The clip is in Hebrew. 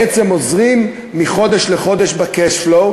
בעצם עוזרים מחודש לחודש ב-cash flow,